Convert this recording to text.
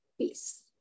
peace